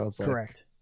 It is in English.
Correct